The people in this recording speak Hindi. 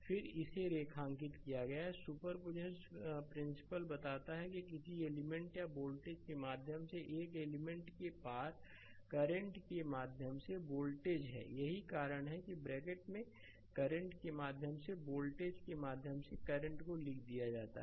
तो फिर इसे रेखांकित किया है सुपरपोजिशन प्रिंसिपल बताता है कि किसी एलिमेंट या वोल्टेज के माध्यम से एक एलिमेंट के पार करंट के माध्यम से वोल्टेज है यही कारण है कि ब्रैकेट में करंट के माध्यम से या वोल्टेज के माध्यम से करंट को लिख दिया है